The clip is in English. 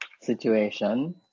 situation